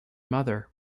mother